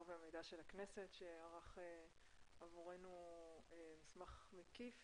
והמידע של הכנסת שערך עבורנו מסמך מקיף